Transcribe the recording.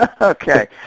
Okay